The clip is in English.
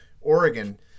Oregon